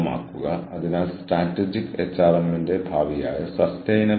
രണ്ടോ മൂന്നോ സംഘടനകൾ ഉൾപ്പെടുമ്പോൾ പ്രയോഗങ്ങൾ തമ്മിൽ ചേരാതിരിക്കാം